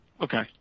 Okay